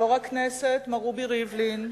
יושב-ראש הכנסת מר רובי ריבלין,